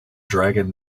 dragon